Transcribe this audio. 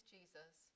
Jesus